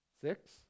Six